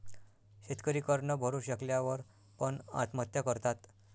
शेतकरी कर न भरू शकल्या वर पण, आत्महत्या करतात